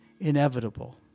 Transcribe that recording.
inevitable